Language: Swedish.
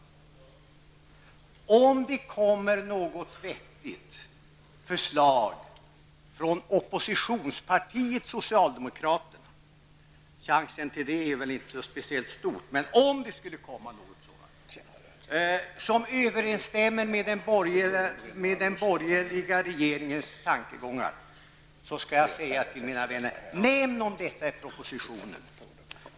Om det kommer något vettigt förslag från oppositionspartiet socialdemokraterna -- chansen är väl inte så speciellt stor -- som överenstämmer med den borgerliga regeringens tankegångar skall jag säga till mina vänner: Nämn någonting om detta i propositionen!